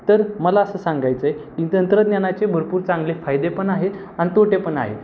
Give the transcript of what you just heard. तर मला असं सांगायचं आहे की तंत्रज्ञानाचे भरपूर चांगले फायदे पण आहेत आणि तोटे पण आहेत